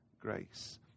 Grace